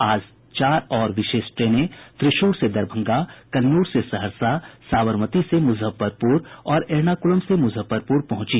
आज चार और विशेष ट्रेनें त्रिशूर से दरभंगा कन्नूर से सहरसा साबरमती से मुजफ्फरपुर और एर्नाकुलम से मुजफ्फरपुर पहुंची